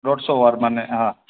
દોઢસો વારમાં ને હા